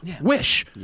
Wish